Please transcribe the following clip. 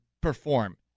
perform